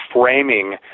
framing